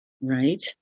Right